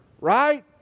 right